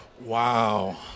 Wow